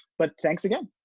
but thanks again.